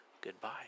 goodbye